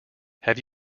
have